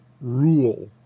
rule